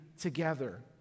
together